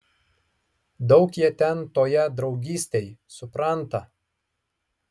daug jie ten toje draugystėj supranta